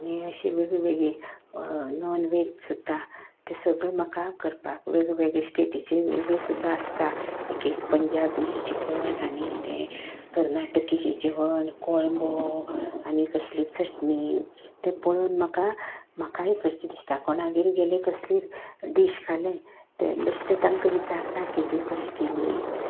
आनी अशीं वेगळीं वेगळीं नॉनवेज सुद्दां ती सगळीं म्हाका करपाक वेगळें वेगळें स्टेटिचे वेगळें सुद्दां आसता एक एक पंजाबी चिकन आनी किदें कर्नाटकी जेवण कोळंबो आनी कसलीं चटणी तें पळोन म्हाका म्हाकाय करचेंशें दिसता कोणागेर गेलें कसलिय डिश खालें तें बेश्टें तांकां विचारतां की तुवें कशीं केली